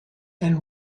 and